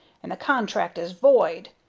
and the contract is void.